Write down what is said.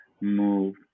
move